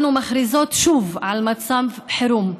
אנו מכריזות שוב על מצב חירום.